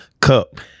Cup